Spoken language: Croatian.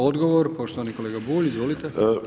Odgovor poštovani kolega Bulj, izvolite.